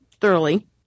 thoroughly